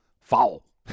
Foul